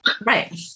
right